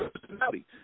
personality